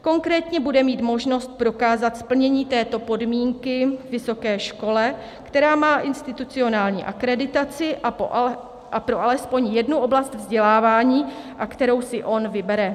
Konkrétně bude mít možnost prokázat splnění této podmínky vysoké škole, která má institucionální akreditaci pro alespoň jednu oblast vzdělávání a kterou si on vybere.